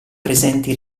presenti